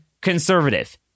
conservative